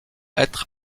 être